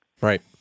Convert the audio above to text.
Right